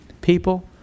People